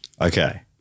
Okay